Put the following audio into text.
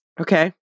Okay